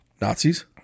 Nazis